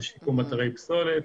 שיקום אתרי פסולת